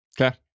Okay